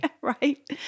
right